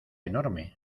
enorme